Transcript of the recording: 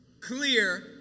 clear